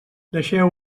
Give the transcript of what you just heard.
deixeu